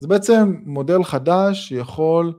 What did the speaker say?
זה בעצם מודל חדש שיכול...